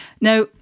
Now